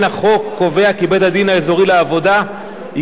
החוק קובע כי בית-הדין האזורי לעבודה ייקבע